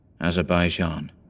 Azerbaijan